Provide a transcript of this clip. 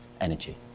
energy